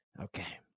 Okay